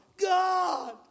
God